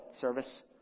service